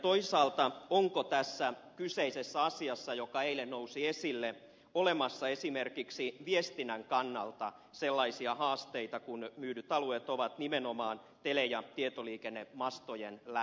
toisaalta onko tässä kyseisessä asiassa joka eilen nousi esille olemassa esimerkiksi viestinnän kannalta sellaisia haasteita kun myydyt alueet ovat nimenomaan tele ja tietoliikennemastojen lähellä